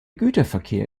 güterverkehr